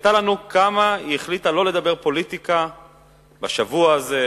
הרצתה לנו כמה היא החליטה לא לדבר פוליטיקה בשבוע הזה,